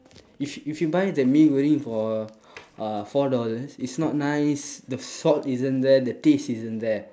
if you if you buy the mee goreng for uh four dollars it's not nice the thought isn't there the taste isn't there